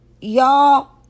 y'all